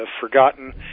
Forgotten